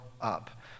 up